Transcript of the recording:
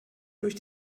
durch